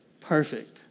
perfect